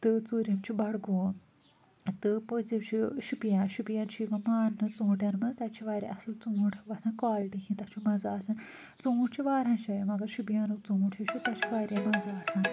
تہٕ ژوٗرِم چھُ بَڈگوم تہٕ پٲنٛژِم چھُ شُپیان شُپین چھُ یِوان ماننہٕ ژوٗنٛٹھٮ۪ن منٛز تَتہِ چھِ واریاہ اَصٕل ژوٗنٛٹھۍ وۅتھان کالٹی ہٕنٛدۍ تَتھ چھُ مَزٕ آسان ژوٗنٛٹھ چھِ واریاہَن شایَن مگر شُپینُک ژوٗنٛٹھۍ یُس چھُ تتھ چھُ واریاہ مَزٕ آسان